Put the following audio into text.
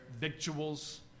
victuals